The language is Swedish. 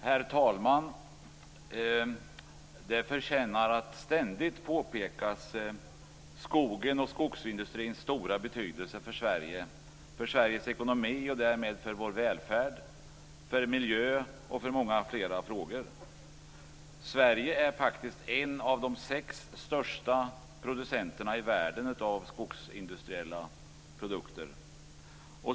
Herr talman! Det förtjänar att ständigt påpeka skogens och skogsindustrins stora betydelse för Sveriges ekonomi och därmed för vår välfärd, miljö och andra frågor. Sverige är faktiskt en av de sex största producenterna i världen av skogsindustriella produkter.